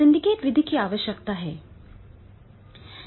तो सिंडिकेट विधि की आवश्यकता है